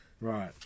Right